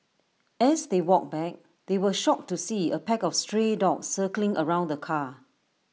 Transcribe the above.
as they walked back they were shocked to see A pack of stray dogs circling around the car